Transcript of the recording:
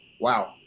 wow